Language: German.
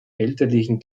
elterlichen